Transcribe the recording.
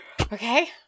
Okay